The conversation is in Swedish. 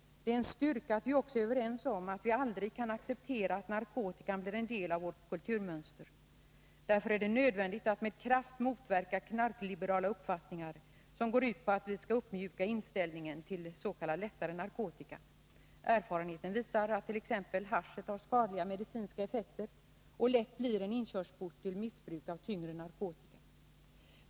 Det är en styrka att vi också är överens om att vi aldrig kan acceptera att narkotikan blir en del av vårt kulturmönster. Därför är det nödvändigt att vi med kraft motverkar knarkliberala uppfattningar som går ut på att vi skall mjuka upp inställningen till s.k. lättare narkotika. Erfarenheten visar att t.ex. haschet har skadliga medicinska effekter och lätt blir en inkörsport till missbruk av tyngre narkotika.